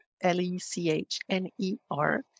l-e-c-h-n-e-r